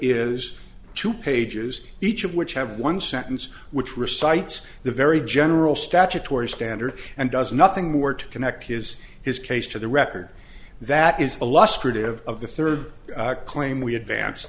is two pages each of which have one sentence which recites the very general statutory standard and does nothing more to connect his his case to the record that is illustrative of the third claim we advance